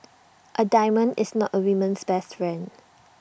A diamond is not A woman's best friend